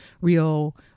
real